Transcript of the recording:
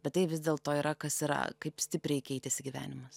bet tai vis dėlto yra kas yra kaip stipriai keitėsi gyvenimas